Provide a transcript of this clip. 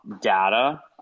data